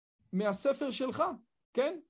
מהספר שלך, כן?